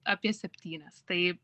apie septynias tai